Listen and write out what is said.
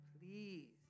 please